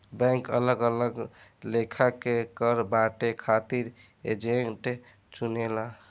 bank अलग अलग लेखा के कर बांटे खातिर एजेंट चुनेला